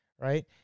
right